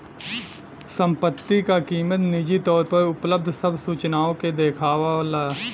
संपत्ति क कीमत निजी तौर पर उपलब्ध सब सूचनाओं के देखावला